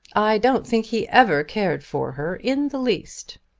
i don't think he ever cared for her in the least.